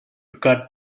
cut